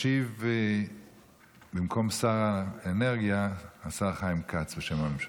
ישיב, במקום שר האנרגיה, השר חיים כץ, בשם הממשלה.